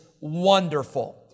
wonderful